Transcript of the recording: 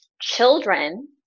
Children